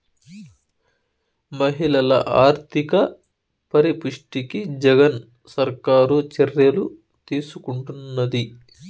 మహిళల ఆర్థిక పరిపుష్టికి జగన్ సర్కారు చర్యలు తీసుకుంటున్నది